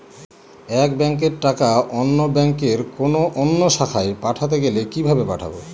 এক ব্যাংকের টাকা অন্য ব্যাংকের কোন অন্য শাখায় পাঠাতে গেলে কিভাবে পাঠাবো?